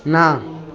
ନା